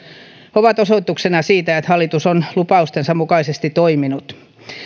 ovat osoituksena siitä että hallitus on lupaustensa mukaisesti toiminut